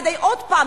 כדי שעוד פעם,